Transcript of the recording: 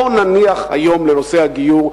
בואו נניח היום לנושא הגיור,